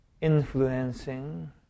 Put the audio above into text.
influencing